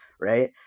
right